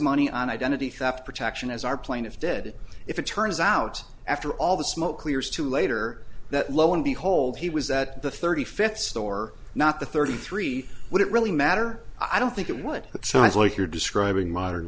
money on identity theft protection as our plane is dead if it turns out after all the smoke clears to later that lo and behold he was that the thirty fifth store not the thirty three wouldn't really matter i don't think it would that sounds like you're describing modern